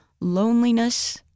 loneliness